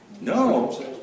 No